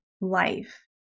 life